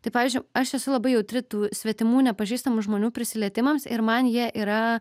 tai pavyzdžiui aš esu labai jautri tų svetimų nepažįstamų žmonių prisilietimams ir man jie yra